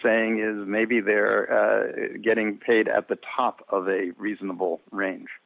saying is maybe they're getting paid at the top of a reasonable range